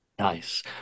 Nice